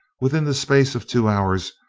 within the space of two hours,